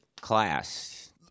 class